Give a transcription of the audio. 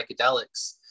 psychedelics